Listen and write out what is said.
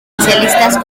especialistas